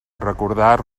recordar